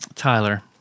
Tyler